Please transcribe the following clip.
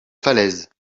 falaise